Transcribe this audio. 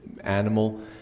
animal